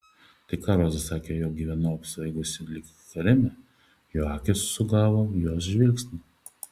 tai ką roza sakė jog gyvenau apsvaigusi lyg hareme jo akys sugavo jos žvilgsnį